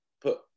put